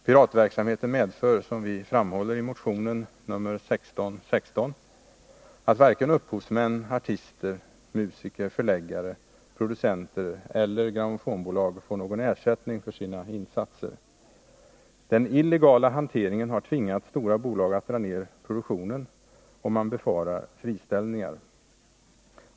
Piratverksamheten medför, som vi framhåller i motion 1616, att varken upphovsmän, artister, musiker, förläggare, producenter eller grammofonbolag får någon ersättning för sina insatser. Den illegala hanteringen har tvingat stora bolag att dra ned produktionen, och man befarar friställningar.